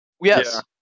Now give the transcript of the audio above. Yes